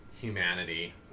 humanity